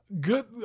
good